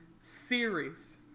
series